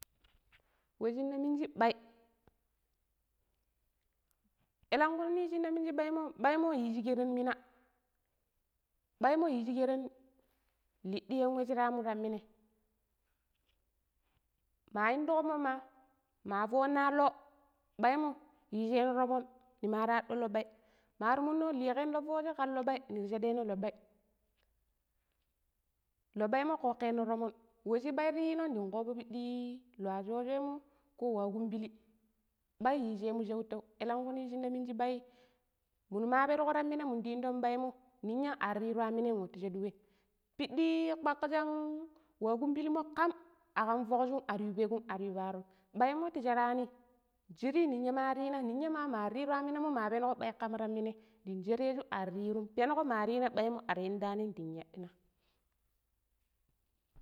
﻿We shine miniji bai, elenkuni shinne minji baimo, baimo yishi keren mina, baimo yishi keren laddi yan wushiramu taminai ma indukomoma, ma foona loo baimo yijeno tomon nimara addo loo bai mari monno likeno loo fooje kan bai nira shaden loo bai, loo baimo kokeno tomon we shi bai tayino dang koovo pidi looasho - shoimo ko waa kumbili bai yijemu shautau, elengkuni shinne minu bai munu ma pirko taminamo minda indon baimo ninya ariru yammineinwatu shadun wem pidi kpakishan waa kumbilimo kam akam fokjum aryu pek'um aryu paarom baimo ta sherani njiri ninya ma mari riru yamminanmo ma penuko bai kam taminai dan shereju arrirum penuko ma ma riina bai mo ar yeddinanim din yaɗina.